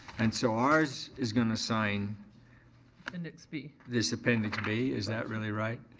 and so ours is gonna sign appendix b. this appendix b. is that really right?